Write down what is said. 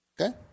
Okay